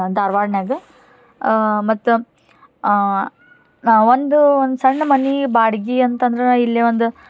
ಧಾರ್ವಾಡ್ನ್ಯಾಗ ಮತ್ತು ಒಂದು ಒಂದು ಸಣ್ಣ ಮನೆ ಬಾಡ್ಗಿ ಅಂತಂದ್ರೆ ಇಲ್ಲಿ ಒಂದು